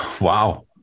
Wow